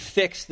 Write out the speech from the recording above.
fix